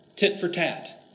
tit-for-tat